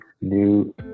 new